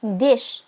dish